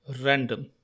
random